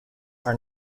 are